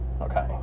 okay